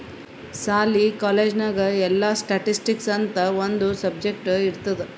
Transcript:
ಸಾಲಿ, ಕಾಲೇಜ್ ನಾಗ್ ಎಲ್ಲಾ ಸ್ಟ್ಯಾಟಿಸ್ಟಿಕ್ಸ್ ಅಂತ್ ಒಂದ್ ಸಬ್ಜೆಕ್ಟ್ ಇರ್ತುದ್